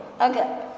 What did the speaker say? Okay